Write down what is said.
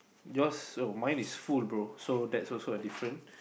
yours oh mine is full bro so that's also a different